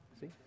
See